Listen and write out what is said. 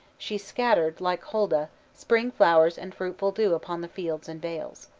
she scattered, like holda, spring flowers and fruitful dew upon the fields and vales.